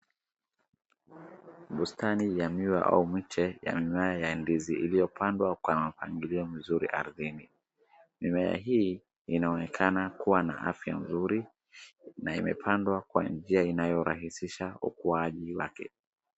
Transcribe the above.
Bustani ya mimea au miche ya mimea ya ndizi iliyopandwa kwa mapangilio mzuri ardhini. Mimea hii inaonekana kuwa na afya nzuri na imepandwa kwa njia inayorahisisha ukuaji wake.